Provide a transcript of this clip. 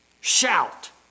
shout